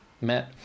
met